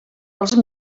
els